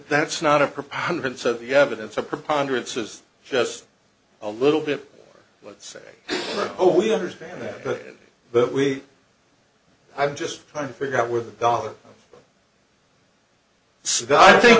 that's not a preponderance of the evidence a preponderance is just a little bit let's say oh we understand that but we i'm just trying to figure out where the dollar so i think